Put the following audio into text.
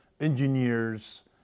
engineers